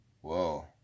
Whoa